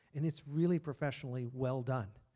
and it's really professionally well done.